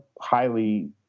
highly